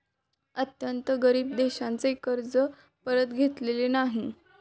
अत्यंत गरीब देशांचे कर्ज परत घेतलेले नाही